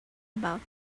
about